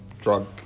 drug